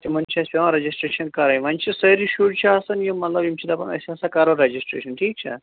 تِمن چھِ اَسہِ پیٚوان رجسٹریشن کَرٕنۍ وۄنۍ چھِ سٲری شُرۍ چھِ آسَان یِم مطلب یِم چھِ دپان أسۍ ہسا کَرو رجسٹریشن ٹھیٖک چھا